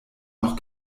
noch